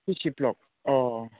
सिसि block अह